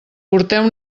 porteu